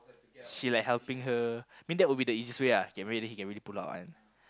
she like helping her I mean that would be the easiest way ah he can really he can really pull out one